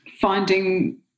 finding